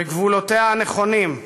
בגבולותיה הנכונים,